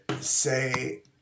say